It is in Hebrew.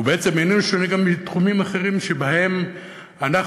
ובעצם איננו שונה גם מתחומים אחרים שבהם אנחנו